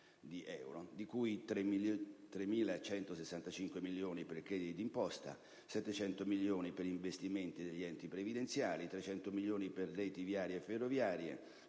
di cui 3.165 milioni di euro per crediti d'imposta, 700 milioni di euro per investimenti degli enti previdenziali, 300 milioni di euro per reti viarie e ferroviarie,